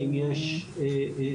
האם יש ספק.